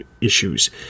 issues